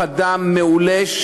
כוח-אדם מעולה,